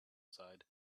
side